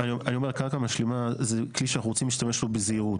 --- קרקע משלימה זה כלי שאנחנו רוצים להשתמש בו בזהירות.